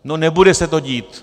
No, nebude se to dít.